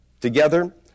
Together